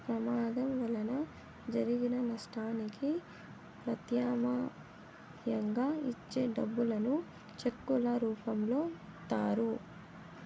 ప్రమాదం వలన జరిగిన నష్టానికి ప్రత్యామ్నాయంగా ఇచ్చే డబ్బులను చెక్కుల రూపంలో ఇత్తారు